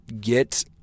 get